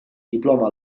diploma